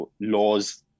laws